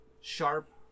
sharp